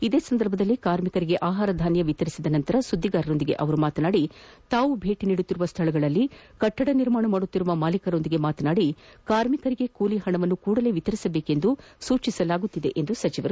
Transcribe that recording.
ಇದೇ ಸಂದರ್ಭದಲ್ಲಿ ಕಾರ್ಮಿಕರಿಗೆ ಆಹಾರ ಧಾನ್ಹ ವಿತರಿಸಿದ ಬಳಿಕ ಸುದ್ದಿಗಾರರೊಂದಿಗೆ ಮಾತನಾಡಿದ ಸಚಿವರು ತಾವು ಭೇಟ ನೀಡುತ್ತಿರುವ ಸ್ಥಳಗಳಲ್ಲಿ ಕಟ್ಟಡ ನಿರ್ಮಾಣ ಮಾಡುತ್ತಿರುವ ಮಾಲೀಕರೊಂದಿಗೆ ಮಾತನಾಡಿ ಕಾರ್ಮಿಕರಿಗೆ ಕೂಲಿ ಹಣವನ್ನು ಕೂಡಲೇ ವಿತರಿಸುವಂತೆ ಸೂಚಿಸಲಾಗುತ್ತಿದೆ ಎಂದರು